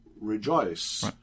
rejoice